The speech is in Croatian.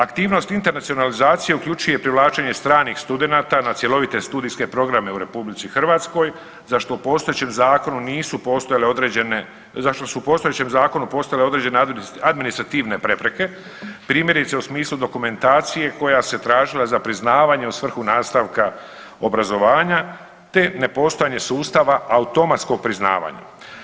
Aktivnosti internacionalizacije uključuje privlačenje stranih studenata na cjelovite studijske programe u RH, za što postojećim zakonom nisu postojale određene, za što su u postojećem zakonu postojale određene administrativne prepreke, primjerice u smislu dokumentacije koja se tražila za priznavanje u svrhu nastavka obrazovanja te nepostojanje sustava automatskog priznavanja.